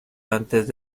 antes